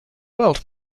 world